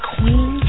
Queen